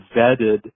vetted